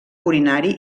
urinari